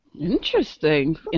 Interesting